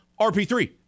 RP3